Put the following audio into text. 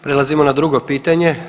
Prelazimo na drugo pitanje.